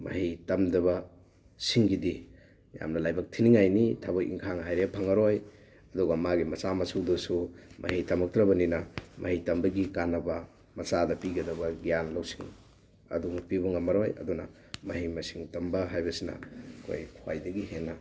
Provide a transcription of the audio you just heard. ꯃꯍꯩ ꯇꯝꯗꯕꯁꯤꯡꯒꯤꯗꯤ ꯌꯥꯝꯅ ꯂꯥꯏꯕꯛ ꯊꯤꯅꯤꯉꯥꯏꯅꯤ ꯊꯕꯛ ꯏꯪꯈꯥꯡ ꯍꯥꯏꯔꯦ ꯐꯪꯉꯔꯣꯏ ꯑꯗꯨꯒ ꯃꯥꯒꯤ ꯃꯆꯥ ꯃꯁꯨꯗꯨꯁꯨ ꯃꯍꯩ ꯇꯝꯃꯛꯇ꯭ꯔꯕꯅꯤꯅ ꯃꯍꯩ ꯇꯝꯕꯒꯤ ꯀꯥꯟꯅꯕ ꯃꯆꯥꯗ ꯄꯤꯒꯗꯕ ꯒ꯭ꯌꯥꯟ ꯂꯧꯁꯤꯡ ꯑꯗꯨ ꯄꯤꯕ ꯉꯝꯃꯔꯣꯏ ꯑꯗꯨꯅ ꯃꯍꯩ ꯃꯁꯤꯡ ꯇꯝꯕ ꯍꯥꯏꯕꯁꯤꯅ ꯑꯩꯈꯣꯏ ꯈ꯭ꯋꯥꯏꯗꯒꯤ ꯍꯦꯟꯅ